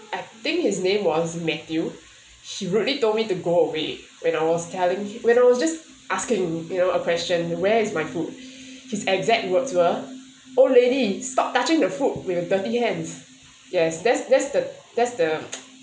I think his name was matthew he rudely told me to go away when I was telling when I was just asking you know a question where is my food his exact words were oh lady stop touching the food with your dirty hands yes that's that's the that's the